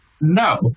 no